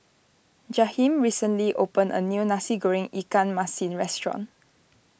Jaheem recently opened a new Nasi Goreng Ikan Masin restaurant